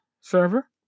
server